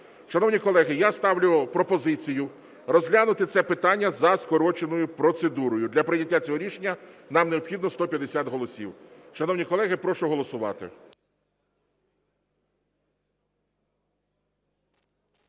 Шановні колеги, я ставлю пропозицію розглянути це питання за скороченою процедурою, для прийняття цього рішення нам необхідно 150 голосів. Шановні колеги, прошу голосувати.